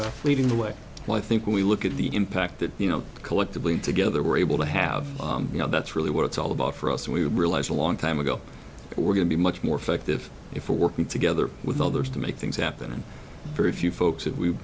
leading the way and i think we look at the impact that you know collectively together we're able to have you know that's really what it's all about for us and we realize a long time ago we're going to be much more effective if we're working together with others to make things happen for a few folks that we